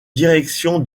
direction